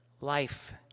Life